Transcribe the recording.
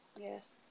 Yes